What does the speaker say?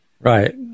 right